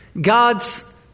God's